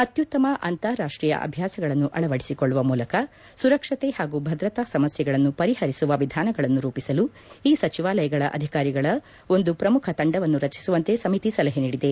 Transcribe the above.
ಅತ್ಯುತ್ತಮ ಅಂತಾರಾಷ್ಟೀಯ ಅಭ್ಯಾಸಗಳನ್ನು ಅಳವಡಿಸಿಕೊಳ್ಳುವ ಮೂಲಕ ಸುರಕ್ಷತೆ ಹಾಗೂ ಭದ್ರತಾ ಸಮಸ್ಯೆಗಳನ್ನು ಪರಿಹರಿಸುವ ವಿಧಾನಗಳನ್ನು ರೂಪಿಸಲು ಈ ಸಚಿವಾಲಯಗಳ ಅಧಿಕಾರಿಗಳ ಒಂದು ಪ್ರಮುಖ ತಂಡವನ್ನು ರಚಿಸುವಂತೆ ಸಮಿತಿ ಸಲಹೆ ನೀಡಿದೆ